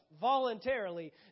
voluntarily